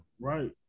Right